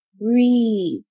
breathe